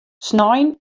snein